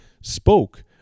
spoke